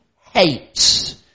hates